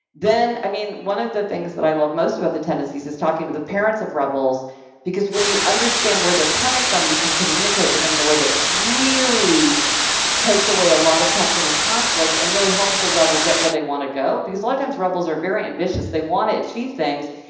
then. i mean, one of the things that i love most about the tendencies is talking with the parents of rebels because, when you understand where they're coming from, you can communicate with them in a way that really takes away a lot of tension and conflict and really helps the rebel get where they want to go because, a lot of times, rebels are very ambitious they want to achieve things,